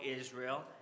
Israel